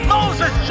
Moses